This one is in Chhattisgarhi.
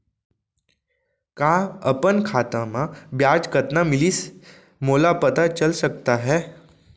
का अपन खाता म ब्याज कतना मिलिस मोला पता चल सकता है?